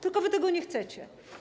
Tylko wy tego nie chcecie.